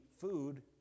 food